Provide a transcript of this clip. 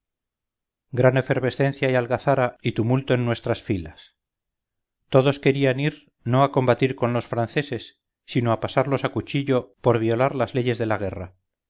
gran efervescencia y algazara y tumulto en nuestras filas todos querían ir no a combatir con los franceses sino apasarlos a cuchillo por violar las leyes de la guerra